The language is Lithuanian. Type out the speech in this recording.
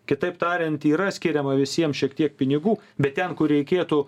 kitaip tariant yra skiriama visiems šiek tiek pinigų bet ten kur reikėtų